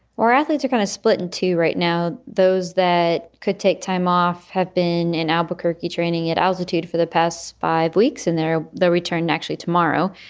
or athletes are kind of split in two right now. those that could take time off have been in albuquerque training at altitude for the past five weeks. and they're the return actually tomorrow.